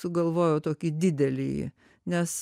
sugalvojau tokį didelį nes